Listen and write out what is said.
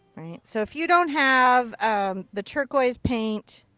so if you don't have the turquoise paint,